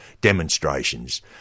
demonstrations